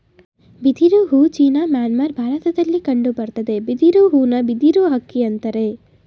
ಬಿದಿರು ಹೂ China Myanmar ಭಾರತದಲ್ಲಿ ಕಂಡುಬರ್ತದೆ ಬಿದಿರು ಹೂನ ಬಿದಿರು ಅಕ್ಕಿ ಅಂತರೆ